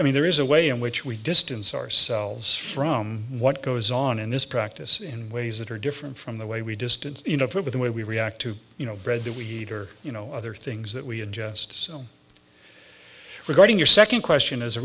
i mean there is a way in which we distance ourselves from what goes on in this practice in ways that are different from the way we distance you know for the way we react to you know bread that we eat or you know other things that we ingest so regarding your second question is